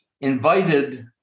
invited